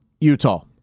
Utah